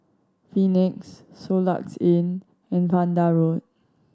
Phoenix Soluxe Inn and Vanda Road